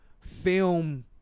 film